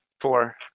Four